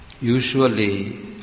usually